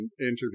interview